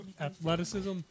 athleticism